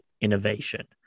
innovation